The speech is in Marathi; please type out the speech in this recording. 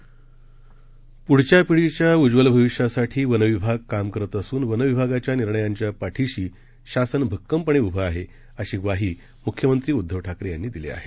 प्ढच्यापिढीच्याउज्ज्वलभविष्यासाठीवनविभागकामकरतअसूनवनविभागाच्यानिर्णयां च्यापाठीशीशासनभक्कमपणेउभेआहेअशीग्वाहीमुख्यमंत्रीउद्धवठाकरेयांनीदिलीआहे